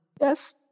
Yes